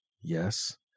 yes